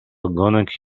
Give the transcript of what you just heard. ogonek